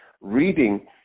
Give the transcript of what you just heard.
reading